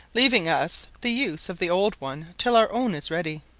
leaving us the use of the old one till our own is ready.